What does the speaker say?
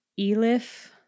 elif